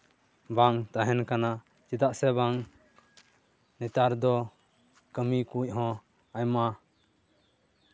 ᱵᱟᱝ ᱛᱟᱦᱮᱱ ᱠᱟᱱᱟ ᱪᱮᱫᱟᱜ ᱥᱮ ᱵᱟᱝ ᱱᱮᱛᱟᱨ ᱫᱚ ᱠᱟᱹᱢᱤ ᱠᱚ ᱦᱚᱸ ᱟᱭᱢᱟ